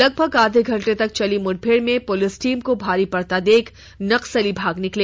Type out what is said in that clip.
लगभग आधे घंटे तक चली मुठभेड़ में पुलिस टीम को भारी पड़ता देख नक्सली भाग निकले